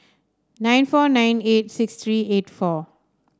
nine four nine eight six three eight four